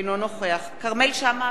אינו נוכח כרמל שאמה-הכהן,